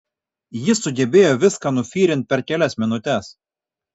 jis sugebėjo viską nufyrint per kelias minutes